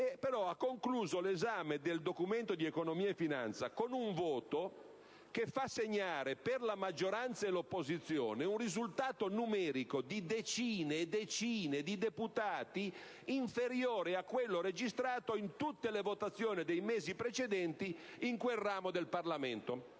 che ha concluso l'esame del Documento di economia e finanza con un voto che fa segnare per la maggioranza e l'opposizione un risultato numerico di decine e decine di deputati inferiore a quello registrato in tutte le votazioni dei mesi precedenti in quel ramo del Parlamento.